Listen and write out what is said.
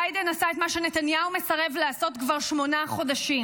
ביידן עשה את מה שנתניהו מסרב לעשות כבר שמונה חודשים,